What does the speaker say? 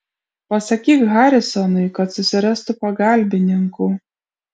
pasakyk harisonui kad susirastų pagalbininkų